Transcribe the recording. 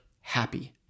happy